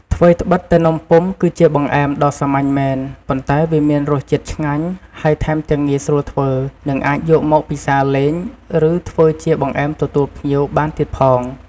ថ្វីដ្បិតតែនំពុម្ពគឺជាបង្អែមដ៏សាមញ្ញមែន ប៉ុន្តែវាមានរសជាតិឆ្ងាញ់ ហើយថែមទាំងងាយស្រួលធ្វើ និងអាចយកមកពិសាលេង ឬធ្វើជាបង្អែមទទួលភ្ញៀវបានទៀតផង។